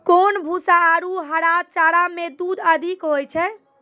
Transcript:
कोन भूसा आरु हरा चारा मे दूध अधिक होय छै?